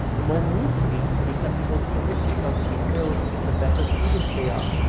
the more meekly the receptacles permit themselves to be filled, the better students they are.